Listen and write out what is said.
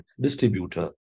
distributor